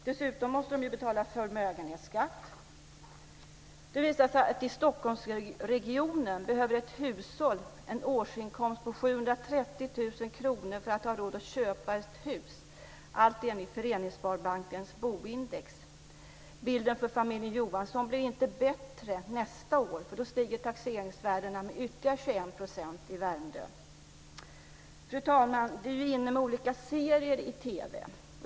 Dessutom måste de ju betala förmögenhetsskatt. Det visar sig att i Stockholmsregionen behöver ett hushåll ha en årsinkomst på 730 000 kr för att ha råd att köpa ett hus - allt enligt Föreningssparbankens boindex. Bilden för familjen Johansson blir inte bättre nästa år, för då stiger taxeringsvärdena med ytterligare 21 % i Värmdö. Fru talman! Det är ju inne med olika serier i TV.